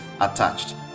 attached